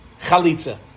Chalitza